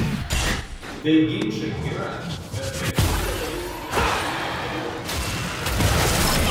tai ginčai yra bet kad didelė dalis pritartų jakeliūnui taip nėra